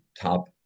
top